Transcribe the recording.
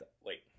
wait